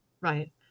Right